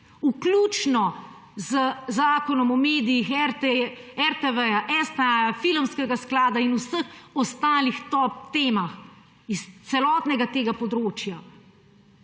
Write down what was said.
vključno z zakonom o medijih, RTV, STA, Filmskega sklada in vseh ostalih top temah iz celotnega tega področja.